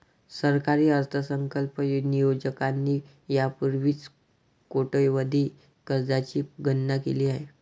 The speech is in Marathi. सरकारी अर्थसंकल्प नियोजकांनी यापूर्वीच कोट्यवधी कर्जांची गणना केली आहे